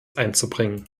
einzubringen